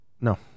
No